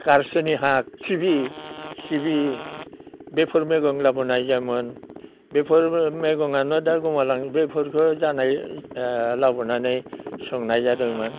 खारसेनि हा सिबि सिबि बेफोर मैगं लाबोनाय जायोमोन बेफोर मैगंआनो दा गुमालाङो बेफोरखौ जानाय लाबोनानै सोंनाय जादोंमोन